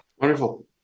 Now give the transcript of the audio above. Wonderful